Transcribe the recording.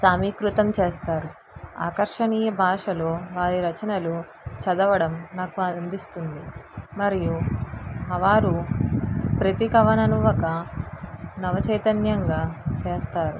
సమీకృతం చేస్తారు ఆకర్షణీయ బాషలు వారి రచనలు చదవడం నాకు అందిస్తుంది మరియు వారు ప్రతికననివ్వక ఒక నవ చైతన్యంగా చేస్తారు